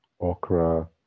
okra